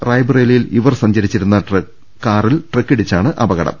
റായ്ബറേലിയിൽ ഇവർ സഞ്ചരിച്ചിരുന്ന കാറിൽ ട്രക്ക് ഇ ടിച്ചാണ് അപകടം